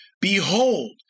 behold